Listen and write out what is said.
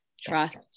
trust